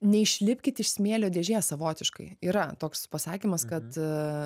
neišlipkit iš smėlio dėžės savotiškai yra toks pasakymas kad